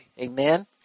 Amen